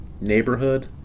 neighborhood